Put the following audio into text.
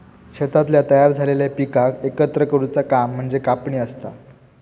शेतातल्या तयार झालेल्या पिकाक एकत्र करुचा काम म्हणजे कापणी असता